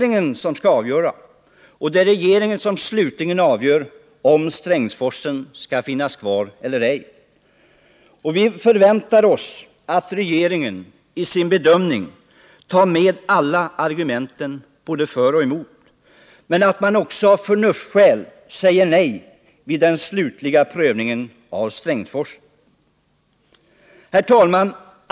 Nu är det regeringen som slutligen avgör om Strängsforsen skall finnas kvar eller ej. Vi förväntar oss att regeringen i sin bedömning tar med alla argumenten för och emot. Men vi räknar med att regeringen av förnuftsskäl säger nej vid den slutliga prövningen av frågan.